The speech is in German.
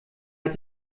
hat